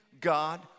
God